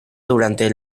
durante